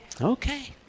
Okay